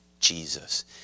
Jesus